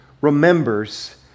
remembers